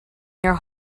your